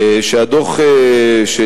שהדוח של,